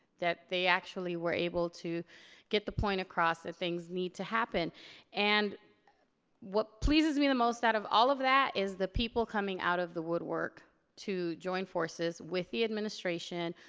that they actually were able to get the point across that things need to happen and what pleases me the most out of all of that is the people coming out of the woodwork to join forces with the administration,